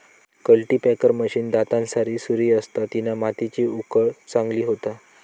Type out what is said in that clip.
cultipacker machine दातांसारी सुरी असता तिना मातीची उकळ चांगली होता